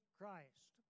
Christ